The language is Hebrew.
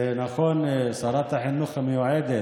שרת החינוך המיועדת,